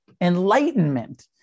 enlightenment